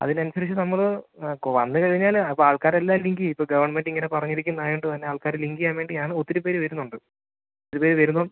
അതിനനുസരിച്ച് നമ്മൾ വന്ന് കഴിഞ്ഞാൽ ഇപ്പോൾ ആൾക്കാർ എല്ലാം ലിങ്ക് ചെയ്തു ഇപ്പോൾ ഗവൺമെൻറ്റ് ഇങ്ങനെ പറഞ്ഞിരിക്കുന്നായതുകൊണ്ട് തന്നെ ആൾക്കാർ ലിങ്ക് ചെയ്യാൻ വേണ്ടിയാണ് ഒത്തിരിപ്പേർ വരുന്നുണ്ട് ഒത്തിരിപ്പേർ വരുമ്പം